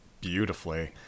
beautifully